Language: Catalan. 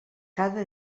cada